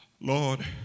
Lord